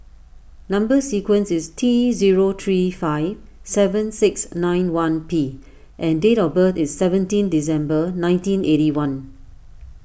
Number Sequence is T zero three five seven six nine one P and date of birth is seventeen December nineteen eighty one